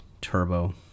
Turbo